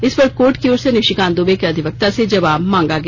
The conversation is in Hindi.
इसपर कोर्ट की ओर से निशिकांत दूबे के अधिवक्ता से जवाब मांगा गया